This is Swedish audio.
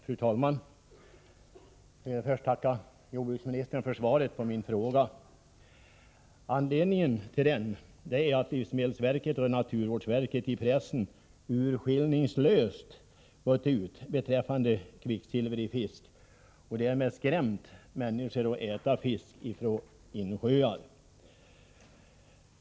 Fru talman! Jag vill först tacka jordbruksministern för svaret på min fråga. Anledningen till frågan är att livsmedelsverket och naturvårdsverket i pressen urskillningslöst har lämnat uppgifter beträffande kvicksilver i fisk och därmed skrämt människor för att äta fisk från insjöar.